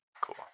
Cool